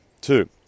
Two